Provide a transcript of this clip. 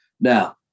Now